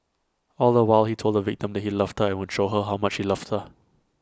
all the while he told the victim that he loved her and would show her how much he loved her